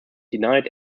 denied